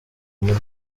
muri